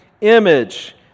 image